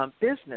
business